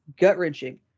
gut-wrenching